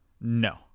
No